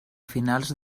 finals